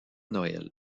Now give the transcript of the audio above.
noël